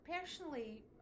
personally